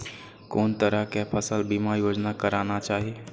कोन तरह के फसल बीमा योजना कराना चाही?